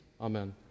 amen